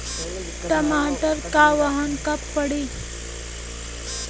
टमाटर क बहन कब पड़ी?